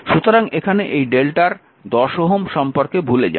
সুতরাং এখানে এই Δ এর 10 Ω সম্পর্কে ভুলে যান